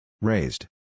Raised